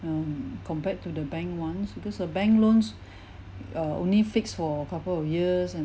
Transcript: um compared to the bank ones because a bank loans uh only fixed for a couple of years and